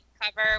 cover